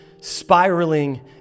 Spiraling